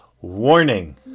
warning